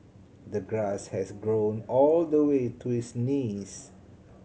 the grass had grown all the way to his knees